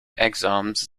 exams